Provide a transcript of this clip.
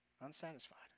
unsatisfied